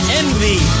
envy